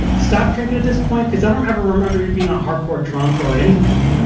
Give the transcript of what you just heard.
stopped drinking at this point, because i don't ever remember you being a hardcore drunk or anything.